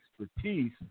expertise